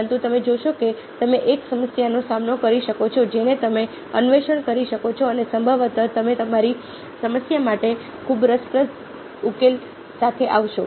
પરંતુ તમે જોશો કે તમે એક સમસ્યાનો સામનો કરી શકો છો જેને તમે અન્વેષણ કરી શકો છો અને સંભવતઃ તે તમારી સમસ્યા માટે ખૂબ જ રસપ્રદ ઉકેલો સાથે આવશે